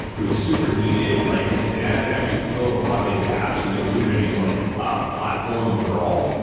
it was super needed. like it it added it actually filled a lot of the gaps in the kubernetes like ah platform overall.